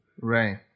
Right